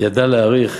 ידע להעריך